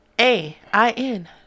A-I-N